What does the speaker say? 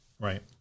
Right